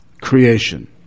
creation